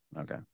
Okay